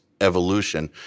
evolution